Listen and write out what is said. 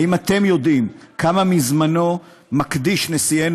והאם אתם יודעים כמה מזמנו מקדיש נשיאנו